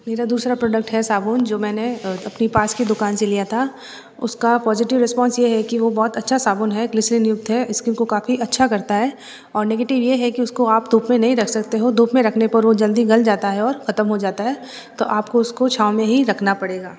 मेरा दूसरा प्रोडक्ट है साबुन जो मैंने अपने पास की दुकान से लिया था उसका पॉजिटिव रिस्पोंस ये है कि वो बहुत अच्छा साबुन है ग्लिसरीन युक्त है स्किन को काफ़ी अच्छा करता है और निगेटिव ये है कि उसको आप धूप में नहीं रख सकते हो धूप में रखने पर वो जल्दी गल जाता है और ख़तम हो जाता है तो आपको उसको छांव में ही रखना पड़ेगा